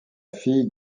fille